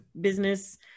business